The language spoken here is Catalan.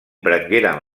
prengueren